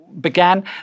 began